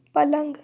पलंग